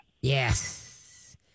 Yes